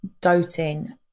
doting